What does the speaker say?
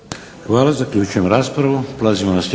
Hvala. Zaključujem raspravu.